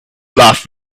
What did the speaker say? laughed